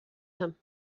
him